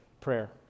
prayer